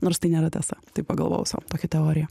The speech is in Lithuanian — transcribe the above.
nors tai nėra tiesa taip pagalvojau sau tokia teorija